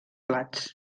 plats